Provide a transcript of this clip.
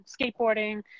skateboarding